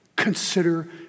Consider